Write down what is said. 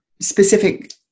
specific